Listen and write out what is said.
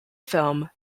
film